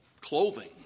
clothing